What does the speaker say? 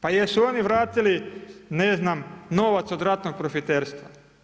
Pa jesu oni vratili ne znam novac od ratnog profiterstva?